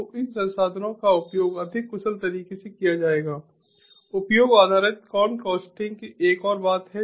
तो इन संसाधनों का उपयोग अधिक कुशल तरीके से किया जाएगा उपयोग आधारित कॉन कॉस्टिंग एक और बात है